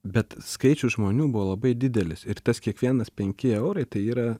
bet skaičius žmonių buvo labai didelis ir tas kiekvienas penki eurai tai yra